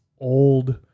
old